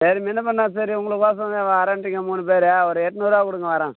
சரி முன்ன பின்ன சரி உங்களுக்கொசரம் வரேன்ட்டிங்க மூணு பேர் ஒரு எண்நூறுவா கொடுங்க வரேன்